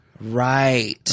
Right